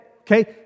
Okay